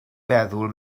feddwl